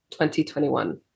2021